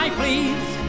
please